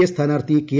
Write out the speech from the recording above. A സ്ഥാനാർഥി K